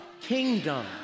kingdom